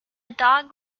dog